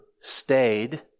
stayed